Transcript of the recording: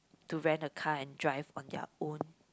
to rent a car and drive on their own